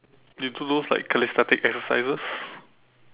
you do those like calisthenic exercises